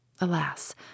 Alas